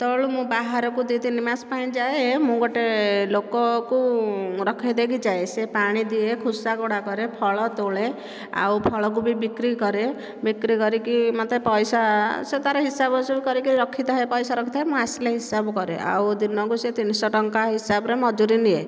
ଯେତେବେଳେ ମୁ ବାହାରକୁ ଦୁଇ ତିନି ମାସ ପାଇଁ ଯାଏ ମୁଁ ଗୋଟିଏ ଲୋକ କୁ ରଖେଇ ଦେଇକି ଯାଏ ସେ ପାଣି ଦିଏ ଖୋସା କୋଡ଼ା କରେ ଫଳ ତୋଳେ ଆଉ ଫଳ କୁ ବି ବିକ୍ରି କରେ ବିକ୍ରି କରିକି ମୋତେ ପଇସା ସେ ତାର ହିସାବ ବିଶାବ କରିକି ରଖି ଥାଏ ପଇସା ରଖି ଥାଏ ମୁଁ ଆସିଲେ ହିସାବ କରେ ଆଉ ଦିନକୁ ସେ ତିନିଶହ ଟଙ୍କା ହିସାବରେ ମଜୁରି ନିଏ